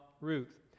Ruth